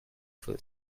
full